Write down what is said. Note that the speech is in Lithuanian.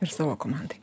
ir savo komandai